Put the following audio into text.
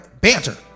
Banter